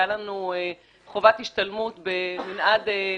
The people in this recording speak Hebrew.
הייתה חובת השתלמות במנעד נושאים.